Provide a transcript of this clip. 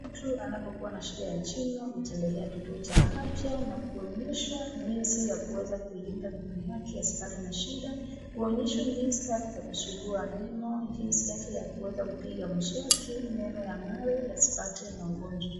Mtu anavyokuwa na shida ya jino hutembelea kituo cha afya na kuonyeshwa jinsi ya kuweza kulinda meno lake asipatwe na shida. Huonyeshwa jinsi watu wa kusugua meno jinsi hata ya kuweza kupiga mswaki meno mawe yasipate magonjwa.